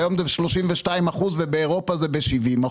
שהיום זה ב-32% ובאירופה זה ב-70%.